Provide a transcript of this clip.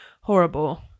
horrible